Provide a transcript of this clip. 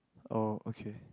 oh okay